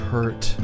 hurt